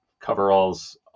coveralls